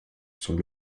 sont